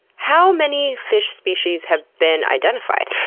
how many fish species have been identified?